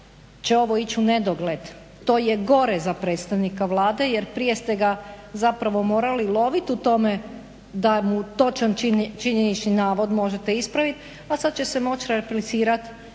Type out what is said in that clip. će ovo ići u nedogled. To je gore za predstavnika Vlade jer prije ste ga morali loviti u tome da mu točan činjenični navod možete ispraviti a sada će se moći replicirati